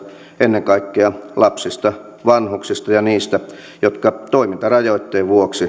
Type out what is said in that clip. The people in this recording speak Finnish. ennen kaikkea lapsista vanhuksista ja niistä jotka toimintarajoitteen vuoksi